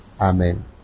Amen